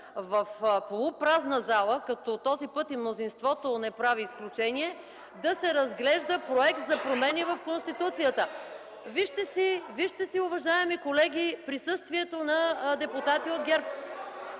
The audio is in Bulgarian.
в полупразна зала, като този път и мнозинството не прави изключение (силен шум и реплики от ГЕРБ), да се разглежда Проект за промени в Конституцията?! Вижте си, уважаеми колеги, присъствието на депутати от ГЕРБ.